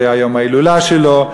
זה היה יום ההילולה שלו,